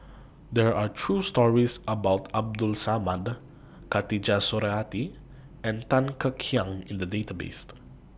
There Are stories about Abdul Samad Khatijah Surattee and Tan Kek Hiang in The Database